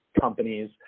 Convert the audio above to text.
companies